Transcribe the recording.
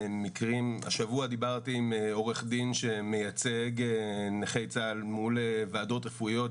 השבוע דיברתי עם עורך דין שמייצג נכי צה"ל מול ועדות רפואיות,